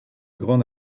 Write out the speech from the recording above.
grande